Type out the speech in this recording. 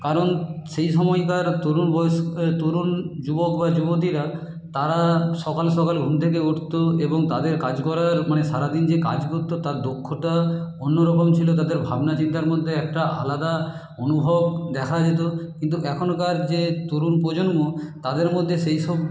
কারণ সেই সময়কার তরুণ বয়স তরুণ যুবক বা যুবতীরা তারা সকাল সকাল ঘুম থেকে উঠত এবং তাদের কাজ করার মানে সারাদিন যে কাজ করত তার দক্ষতা অন্য রকম ছিল তাদের ভাবনা চিন্তার মধ্যে একটা আলাদা অনুভব দেখা যেত কিন্তু এখনকার যে তরুণ প্রজন্ম তাদের মধ্যে সেই সব